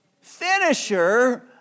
Finisher